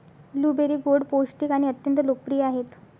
blueberry गोड, पौष्टिक आणि अत्यंत लोकप्रिय आहेत